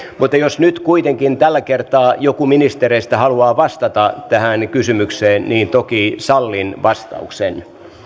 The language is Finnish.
mutta jos nyt kuitenkin tällä kertaa joku ministereistä haluaa vastata tähän kysymykseen niin toki sallin vastauksen